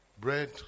bread